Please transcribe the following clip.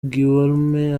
guillaume